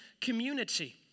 community